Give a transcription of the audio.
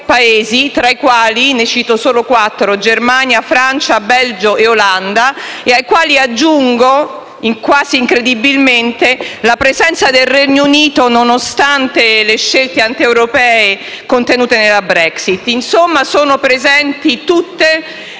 Paesi. Ne cito solo quattro: Germania, Francia, Belgio e Olanda, ai quali aggiungo, quasi incredibilmente, la presenza del Regno Unito, nonostante le scelte antieuropee contenute nella Brexit. Insomma sono presenti tutte